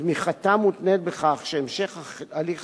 תמיכתה מותנית בכך שהמשך הליך